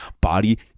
body